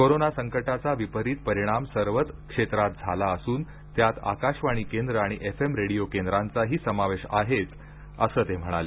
corona संकटाचा विपरीत परिणाम सर्वच क्षेत्रात झाला असून त्यात आकाशवाणी केंद्र आणि एफ एम रेडियो केंद्रांचा ही समावेश आहेच असं ते म्हणाले